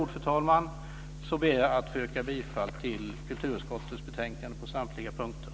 Med dessa ord ber jag att få yrka bifall till kulturutskottets hemställan på samtliga punkter.